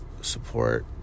Support